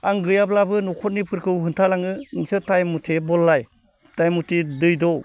आं गैयाब्लाबो न'खरनिफोरखौ खोन्थालाङो नोंसोर टाइम मथे बद्लाय टाइम मथे दै दौ